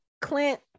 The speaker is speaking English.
Clint